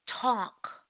talk